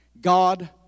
God